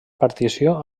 partició